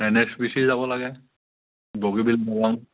N H P C যাব লাগে বগীবিল দলং